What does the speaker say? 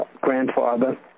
grandfather